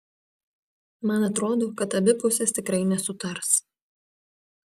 man atrodo kad abi pusės tikrai nesutars